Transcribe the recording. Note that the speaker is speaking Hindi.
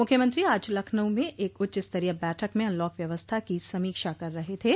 मुख्यमंत्री आज लखनऊ में एक उच्चस्तरीय बैठक में अनलॉक व्यवस्था की समीक्षा कर रहे थे